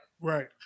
Right